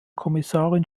kommissarin